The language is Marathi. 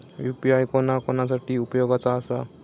यू.पी.आय कोणा कोणा साठी उपयोगाचा आसा?